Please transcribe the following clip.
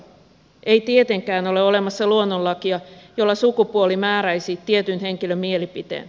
ei tietenkään ole olemassa luonnonlakia jolla sukupuoli määräisi tietyn henkilön mielipiteen